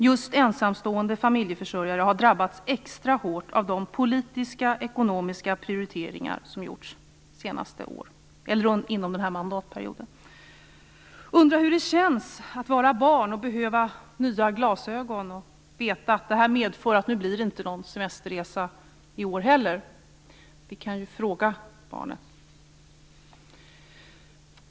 Just ensamstående familjeförsörjare har drabbats extra hårt av de politiska ekonomiska prioriteringar som har gjorts inom den här mandatperioden. Jag undrar hur det känns att vara barn och behöva nya glasögon och veta att det medför att det inte blir någon semesterresa i år heller. Vi kan ju fråga barnen.